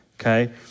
okay